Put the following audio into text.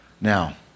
Now